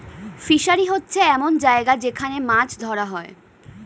fishery হচ্ছে এমন জায়গা যেখান মাছ ধরা হয়